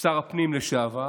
שר הפנים לשעבר,